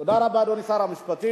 תודה רבה, אדוני שר המשפטים,